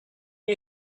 you